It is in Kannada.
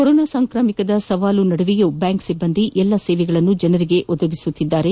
ಕೊರೋನಾ ಸಾಂಕ್ರಾಮಿಕದ ಸವಾಲಿನ ನದುವೆಯೂ ಬ್ಯಾಂಕ್ ಸಿಬ್ಬಂದಿ ಎಲ್ಲಾ ಸೇವೆಗಳನ್ನು ಜನರಿಗೆ ಒದಗಿಸುತ್ತಿದ್ದಾರೆ